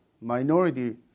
minority